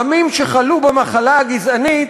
עמים שחלו במחלה הגזענית,